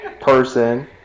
person